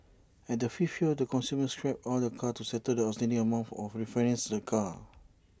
at the fifth year the consumer scraps all the car to settle the outstanding amount or refinances the car